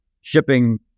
shipping